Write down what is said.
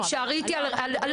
לא, אנחנו מדברות על נתונים.